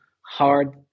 hard